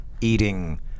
eating